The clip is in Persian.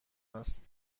است